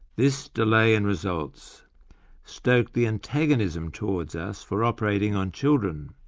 this delay in results stoked the antagonism towards us for operating on children.